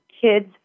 kids